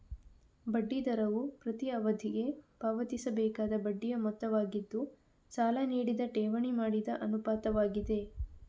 ಬಡ್ಡಿ ದರವು ಪ್ರತಿ ಅವಧಿಗೆ ಪಾವತಿಸಬೇಕಾದ ಬಡ್ಡಿಯ ಮೊತ್ತವಾಗಿದ್ದು, ಸಾಲ ನೀಡಿದ ಠೇವಣಿ ಮಾಡಿದ ಅನುಪಾತವಾಗಿದೆ